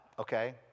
Okay